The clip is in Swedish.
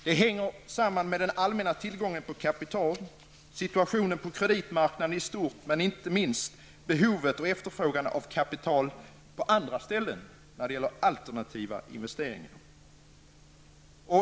Det hänger samman med den allmänna tillgången på kapital och situationen på kreditmarknaden i stort men inte minst med behovet av och efterfrågan på kapital på andra ställen när det gäller alternativa investeringar.